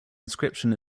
inscription